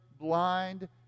blind